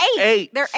eight